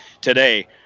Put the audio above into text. today